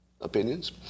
opinions